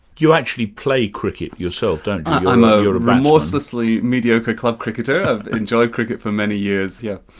you actually play cricket yourself, don't you? i'm a remorselessly mediocre club cricketer, i've enjoyed cricket for many years, yes.